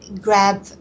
grab